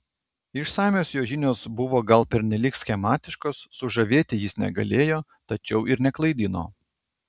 išsamios jo žinios buvo gal pernelyg schematiškos sužavėti jis negalėjo tačiau ir neklaidino